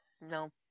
No